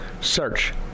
Search